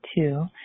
two